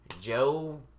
Joe